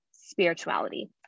spirituality